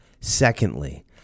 Secondly